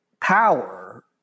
power